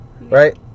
Right